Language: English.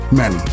men